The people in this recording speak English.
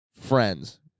Friends